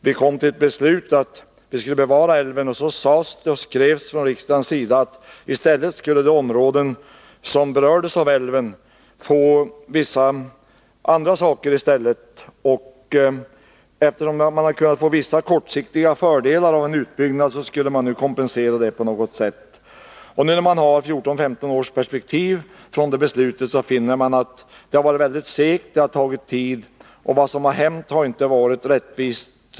Vi kom fram till ett beslut om att vi skulle bevara älven, och riksdagen uttalade att för de områden som berördes av älven skulle vissa andra åtgärder i stället vidtas. Man skulle kompensera dem som hade kunnat få vissa kortsiktiga fördelar av en utbyggnad. När vi nu har 14—15 års perspektiv på beslutet, kan vi när det gäller dessa planer konstatera att det har varit ”segt”, det har tagit tid, och det som har gjorts har inte varit rättvist.